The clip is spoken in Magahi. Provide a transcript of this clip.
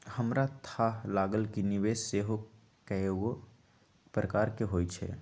हमरा थाह लागल कि निवेश सेहो कएगो प्रकार के होइ छइ